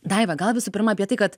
daiva gal visų pirma apie tai kad